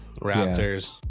Raptors